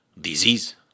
disease